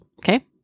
okay